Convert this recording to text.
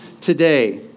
today